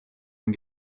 and